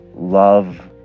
love